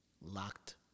locked